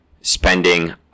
spending